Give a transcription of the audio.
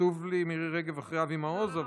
כתוב לי מירי רגב אחרי אבי מעוז,